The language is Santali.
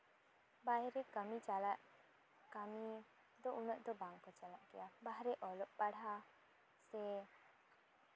ᱵᱟᱭᱨᱮ ᱠᱟᱹᱢᱤ ᱪᱟᱞᱟᱜ ᱠᱟᱹᱢᱤ ᱫᱚ ᱩᱱᱟᱹᱜ ᱫᱚ ᱵᱟᱝ ᱠᱚ ᱪᱟᱞᱟᱜ ᱜᱮᱭᱟ ᱵᱟᱦᱨᱮ ᱚᱞᱚᱜ ᱯᱟᱲᱦᱟ ᱥᱮ